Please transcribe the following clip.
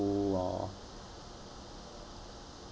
or